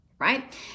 right